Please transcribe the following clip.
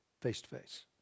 face-to-face